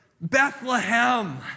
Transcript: Bethlehem